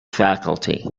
faculty